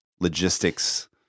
logistics